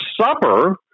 Supper